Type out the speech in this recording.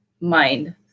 mind